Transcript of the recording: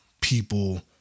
people